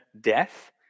death